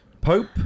Pope